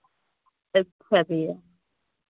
अच्छा भैया